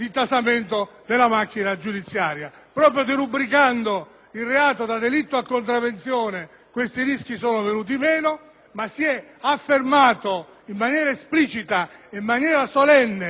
il reato da delitto a contravvenzione questi rischi sono venuti meno, ma si vuole affermare in maniera esplicita e solenne